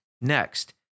Next